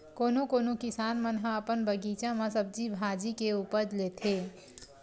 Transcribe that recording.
कोनो कोनो किसान मन ह अपन बगीचा म सब्जी भाजी के उपज लेथे